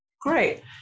Great